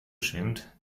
schwimmt